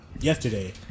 yesterday